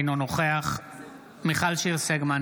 אינו נוכח מיכל שיר סגמן,